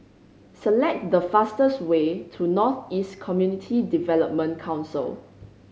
select the fastest way to North East Community Development Council